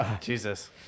Jesus